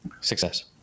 success